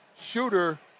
Shooter